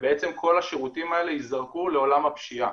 ובעצם כל השירותים האלה ייזרקו לעולם הפשיעה.